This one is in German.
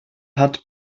hat